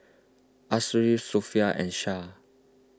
Ashraf Sofea and Shah